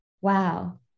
wow